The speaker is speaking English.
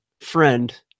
friend